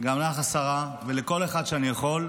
גם לך, השרה, ולכל אחד שאני יכול,